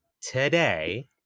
today